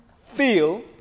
feel